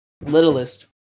littlest